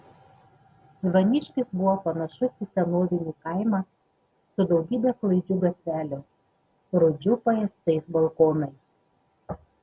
zvaniškis buvo panašus į senovinį kaimą su daugybe klaidžių gatvelių rūdžių paėstais balkonais